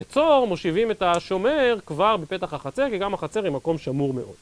בצור מושיבים את השומר כבר בפתח החצר כי גם החצר היא מקום שמור מאוד.